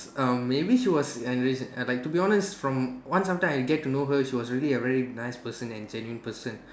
um maybe she was enrich and like to be honest from once after I get to know her she was really a very nice person and genuine person